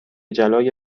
جلای